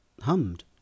hummed